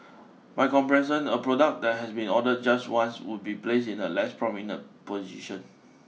by comparison a product that has been ordered just once would be placed in a less prominent position